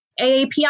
AAPI